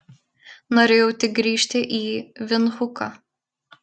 norėjau tik grįžti į vindhuką